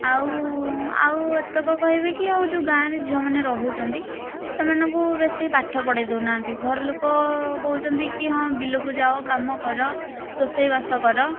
ଆଉ ଆଉ ଏତକ କହିବି କି ଆଉ ଯେଉଁ ଗାଁରେ ଝିଅମାନେ ରହୁଛନ୍ତି ସେମାନଙ୍କୁ ବେଶୀ ପାଠ ପଢ଼େଇ ଦେଉନାହାଁନ୍ତି ଘର ଲୋକ କହୁଛନ୍ତି କି ହଁ ବିଲକୁ ଯାଅ କାମ କର ରୋଷେଇବାସ କର